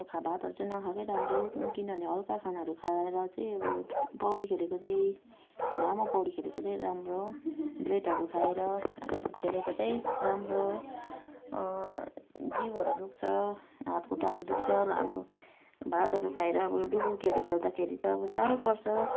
आबो भातहरू चाहिँ नखाएकै राम्रो किनभने हल्का खानाहरू खाएर चाहिँ अब पौडी खेलेको चाहिँ लामो पौडी खेलेको चाहिँ राम्रो ब्रेडहरू खाएर खेलेको चाहिँ राम्रो जिउहरू दुख्छ हात खुट्टाहरू दुख्छ अब भातहरू खाएर अब डुबुल्कीहरू खेल्दाखेरि त अब साह्रो पर्छ